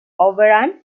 overrun